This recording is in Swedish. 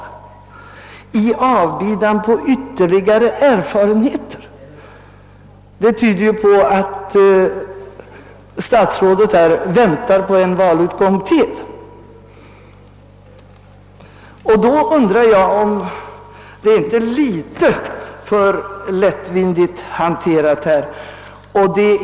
Formuleringen »i avbidan på ytterligare erfarenheter» tyder ju på att statsrådet vill avvakta utgången av ännu ett val, och jag undrar om inte det ändå är litet lättvindigt.